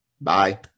Bye